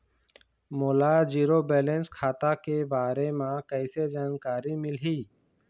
मोला zero balance खाता के बारे म कैसे जानकारी मिलही?